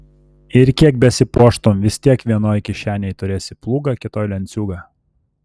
ir kiek besipuoštum vis tiek vienoj kišenėj turėsi plūgą kitoj lenciūgą